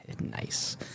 Nice